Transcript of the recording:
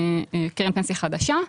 קרן פנסיה חדשה.